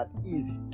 easy